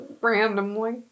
randomly